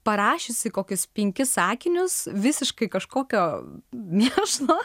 parašiusi kokius penkis sakinius visiškai kažkokio mėšlo